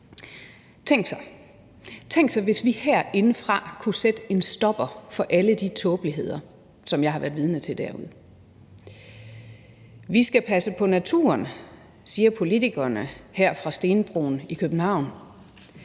Tænk sig, hvis vi herindefra kunne sætte en stopper for alle de tåbeligheder, som jeg har været vidne til derude. Vi skal passe på naturen, siger politikerne her fra stenbroen i København.